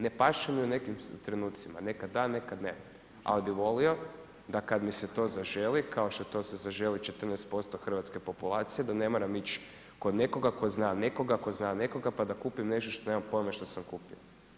Ne paše mi u nekim trenucima, nekada da, nekada ne, ali bi volio, da kada mi se to zaželi, kao što se zaželi 14% hrvatske populacije, da ne moram ići kod nekoga, tko zna nekoga, tko zna nekoga, pa da kupim nešto što nemam pojma što sam kupio.